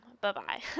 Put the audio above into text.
Bye-bye